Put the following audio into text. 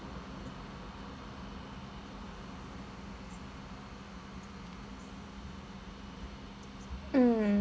mm